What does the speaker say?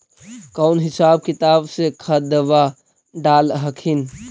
कौन हिसाब किताब से खदबा डाल हखिन?